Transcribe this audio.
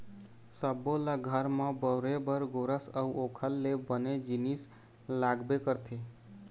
सब्बो ल घर म बउरे बर गोरस अउ ओखर ले बने जिनिस लागबे करथे